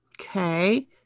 Okay